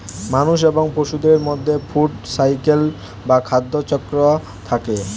মানুষ এবং পশুদের মধ্যে ফুড সাইকেল বা খাদ্য চক্র থাকে